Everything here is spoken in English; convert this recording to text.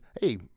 hey